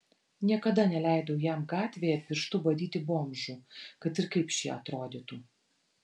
niekada neleidau jam gatvėje pirštu badyti bomžų kad ir kaip šie atrodytų